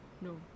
No